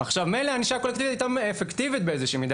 מילא הענישה הקולקטיבית היתה אפקטיבית באיזו שהיא מידה.